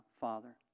father